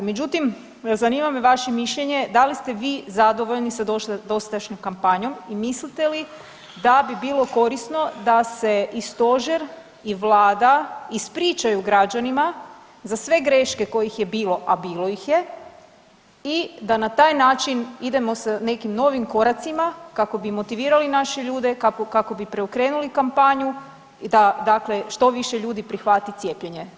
Međutim, zanima me vaše mišljenje, da li ste vi zadovoljni sa dosadašnjom kampanjom i mislite li da bi bilo korisno da se i stožer i Vlada ispričaju građanima za sve greške kojih je bilo, a bilo ih je i da na taj način idemo sa nekim novim koracima kako bi motivirali naše ljude, kako bi preokrenuli kampanju da dakle što više ljudi prihvati cijepljenje.